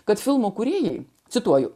kad filmo kūrėjai cituoju